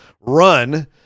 run